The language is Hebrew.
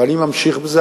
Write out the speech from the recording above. ואני ממשיך בזה,